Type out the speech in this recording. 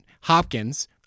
Hopkins